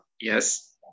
Yes